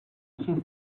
she